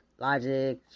Logic